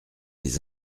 les